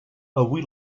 avui